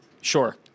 Sure